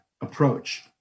approach